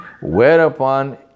whereupon